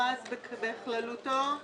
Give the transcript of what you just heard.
המכרז בכללותו,